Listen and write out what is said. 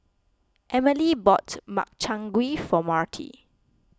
Emelie bought Makchang Gui for Marty